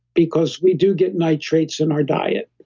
because we do get nitrates in our diet.